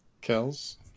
Kells